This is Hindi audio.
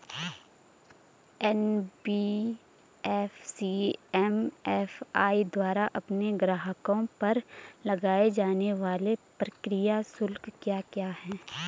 एन.बी.एफ.सी एम.एफ.आई द्वारा अपने ग्राहकों पर लगाए जाने वाले प्रक्रिया शुल्क क्या क्या हैं?